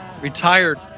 retired